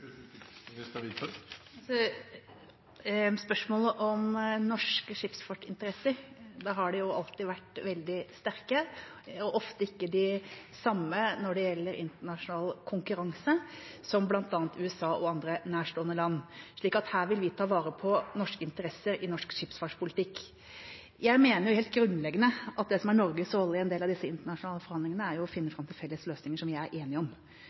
spørsmålet om norske skipsfartsinteresser: De har alltid vært veldig sterke og ofte ikke de samme når det gjelder internasjonal konkurranse som bl.a. USA og andre nærstående land, slik at her vil vi ta vare på norske interesser i norsk skipsfartspolitikk. Jeg mener helt grunnleggende at det som er Norges rolle i en del av disse internasjonale forhandlingene, er å finne fram til felles løsninger som vi er enige om.